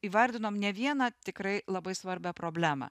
įvardinom ne vieną tikrai labai svarbią problemą